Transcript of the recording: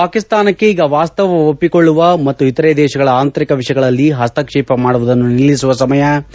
ಪಾಕಿಸ್ತಾನಕ್ಕೆ ಈಗ ವಾಸ್ತವ ಒಪ್ಪಿಕೊಳ್ಳುವ ಮತ್ತು ಇತರೆ ದೇಶಗಳ ಆಂತರಿಕ ವಿಷಯಗಳಲ್ಲಿ ಹಸ್ತಕ್ಷೇಪ ಮಾಡುವುದನ್ನು ನಿಲ್ಲಿಸುವ ಸಮಯ ಭಾರತ ಹೇಳಿೆ